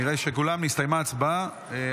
נראה שכולם, הסתיימה ההצבעה.